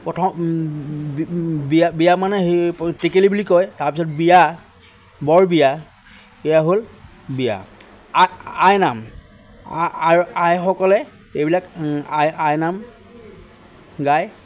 প্ৰথম বিয়া বিয়া মানে সেই টেকেলি বুলি কয় তাৰপিছত বিয়া বৰ বিয়া এয়া হ'ল বিয়া আ আইনাম আ আ আইসকলে এইবিলাক ও আই আইনাম গায়